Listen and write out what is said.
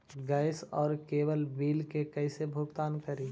Gas और cable bill के कैसे भुगतान करी?